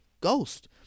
Ghost